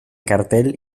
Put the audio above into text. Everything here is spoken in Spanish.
cartel